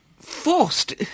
forced